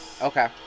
Okay